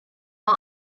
war